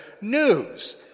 news